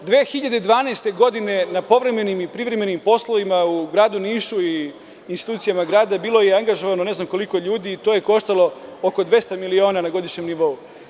Godine 2012. na povremenim i privremenim poslovima u gradu Nišu i institucijama grada je bilo angažovano ne znam koliko ljudi, to je koštalo oko 200 miliona na godišnjem nivou.